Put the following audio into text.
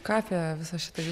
ką apie visą šitą